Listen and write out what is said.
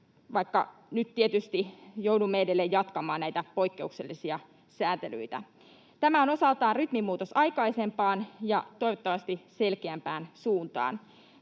vaikka nyt tietysti joudumme edelleen jatkamaan näitä poikkeuksellisia sääntelyitä. Tämä on osaltaan rytminmuutos aikaisempaan ja toivottavasti selkeämpään suuntaan.